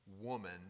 woman